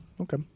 Okay